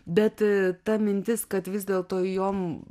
bet ta mintis kad vis dėlto jom